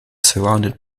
surrounded